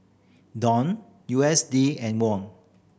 Dong U S D and Won